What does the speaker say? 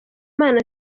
imana